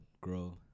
grow